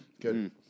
Good